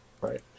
right